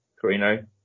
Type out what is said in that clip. Carino